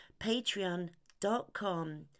Patreon.com